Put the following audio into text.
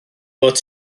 fod